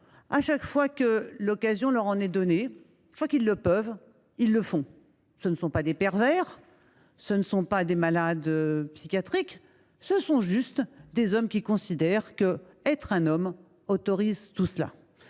chaque fois que l’occasion leur en est donnée – dès lors qu’ils le peuvent, ils le font. Ce ne sont ni des pervers ni des malades psychiatriques : ce sont juste des hommes qui considèrent qu’être un homme autorise de tels